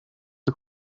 der